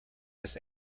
this